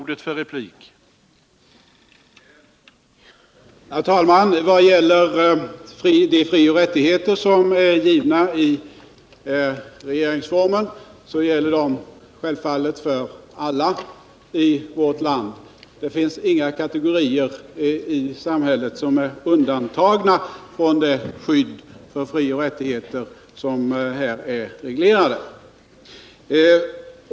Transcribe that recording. De frioch rättigheter som är givna i regeringsformen gäller självfallet för alla i vårt land; det finns inga kategorier i samhället som är undantagna från det skydd för frioch rättigheter som här är reglerade.